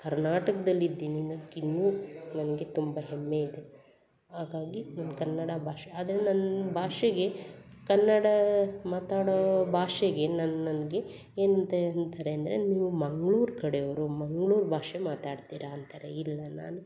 ಕರ್ನಾಟಕದಲ್ಲಿ ಇದ್ದೀನಿ ಅನ್ನಕ್ಕೆ ಇನ್ನೂ ನನಗೆ ತುಂಬ ಎಮ್ಮೆ ಇದೆ ಹಾಗಾಗಿ ನಮ್ಮ ಕನ್ನಡ ಭಾಷೆ ಆದರೆ ನನ್ನ ಭಾಷೆಗೆ ಕನ್ನಡ ಮಾತಾಡೋ ಭಾಷೆಗೆ ನನ್ನ ನನಗೆ ಏನಂತ ಅಂತಾರೆ ಅಂದರೆ ನೀವು ಮಂಗ್ಳೂರು ಕಡೆಯವರು ಮಂಗ್ಳೂರು ಭಾಷೆ ಮಾತಾಡ್ತೀರ ಅಂತಾರೆ ಇಲ್ಲ ನಾನು